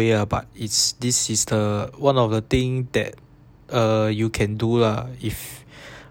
ah but it's this is the one of the thing that err you can do lah if